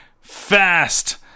fast